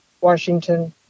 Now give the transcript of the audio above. Washington